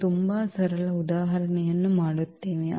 ನಾವು ತುಂಬಾ ಸರಳ ಉದಾಹರಣೆಯನ್ನೂ ಮಾಡುತ್ತೇವೆ